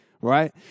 right